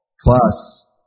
Plus